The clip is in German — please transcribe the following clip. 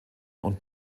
und